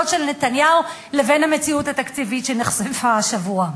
של נתניהו לבין המציאות התקציבית שנחשפה השבוע?